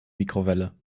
mikrowelle